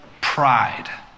pride